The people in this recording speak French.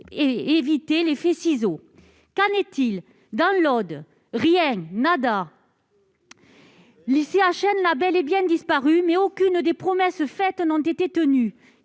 éviter l'effet ciseaux. Qu'en est-il ? Dans l'Aude, rien, nada : l'ICHN a bel et bien disparu, mais aucune des promesses faites n'a été tenue.